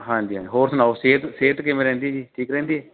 ਹਾਂਜੀ ਹਾਂਜੀ ਹੋਰ ਸੁਣਾਓ ਸਿਹਤ ਸਿਹਤ ਕਿਵੇਂ ਰਹਿੰਦੀ ਜੀ ਠੀਕ ਰਹਿੰਦੀ ਹੈ